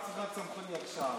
לא בכל מקום.